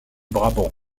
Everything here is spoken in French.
brabant